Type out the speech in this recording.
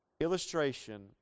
illustration